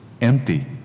empty